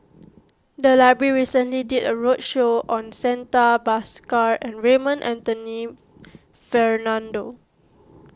the library recently did a roadshow on Santha Bhaskar and Raymond Anthony Fernando